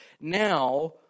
Now